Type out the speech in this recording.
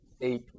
eight